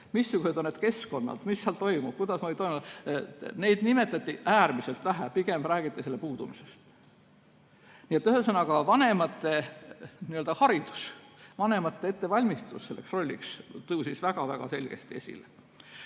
missugused on need keskkonnad, mis seal toimub jne, nimetati äärmiselt vähe, pigem räägiti nende puudumisest. Ühesõnaga, vanemate haridus, vanemate ettevalmistus selleks rolliks tõusis väga-väga selgesti esile.